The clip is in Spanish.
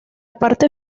parte